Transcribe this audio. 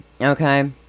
Okay